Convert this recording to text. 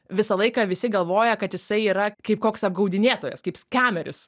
visą laiką visi galvoja kad jisai yra kaip koks apgaudinėtojas kaip skemeris